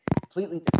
Completely